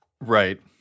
Right